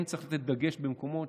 כן צריך לתת דגש במקומות